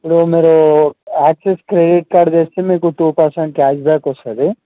ఇప్పుడు మీరు Axis credit card తెస్తే మీకు టూ పర్సెంట్ క్యాష్ బ్యాక్ వస్తుంది